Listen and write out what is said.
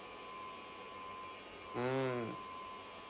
mm